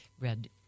read